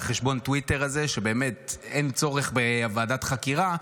ובאמת אין צורך בוועדת חקירה,